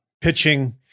pitching